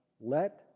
Let